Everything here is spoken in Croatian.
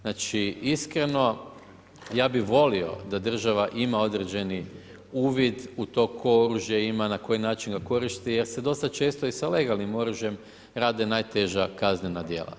Znači, iskreno, ja bi volio da država ima određeni uvid u to tko oružje ima, na koji način ga koristi, jer se dosta često i sa legalnim oružjem rade najteža kaznena dijela.